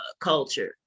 culture